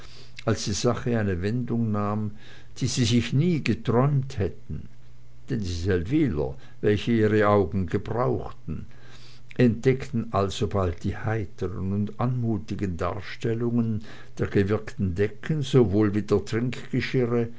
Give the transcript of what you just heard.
als die sache eine wendung nahm die sie sich nie geträumt hätten denn die seldwyler welche ihre augen gebrauchten entdeckten alsobald die heitern und anmutigen darstellungen der gewirkten decken sowohl wie